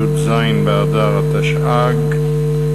י"ז באדר התשע"ג,